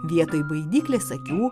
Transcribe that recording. vietoj baidyklės akių